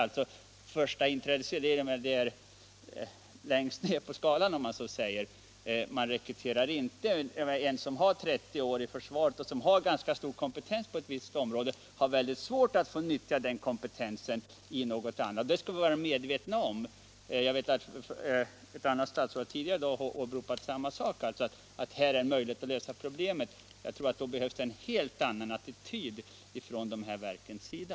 Man hamnar ju längst ner på inträdesskalan, om jag får uttrycka det så. En person som t.ex. har 30 års anställning inom försvaret och således stor kompetens inom ett visst område har väldigt svårt att få nyttja den kompetensen i något annat sammanhang, det måste vi vara medvetna om. Ett annat statsråd, som talade här tidigare i dag, åberopade samma möjlighet att lösa problemen, men jag tror att det i så fall krävs en helt annan attityd från dessa verks sida.